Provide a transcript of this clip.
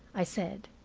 i said.